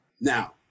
Now